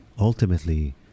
ultimately